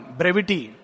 brevity